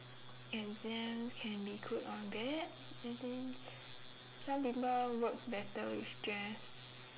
exams can be good or bad as in some people work better with stress